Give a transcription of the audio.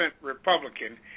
Republican